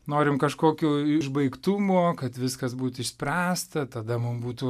norim kažkokio išbaigtumo kad viskas būt išspręsta tada mum būtų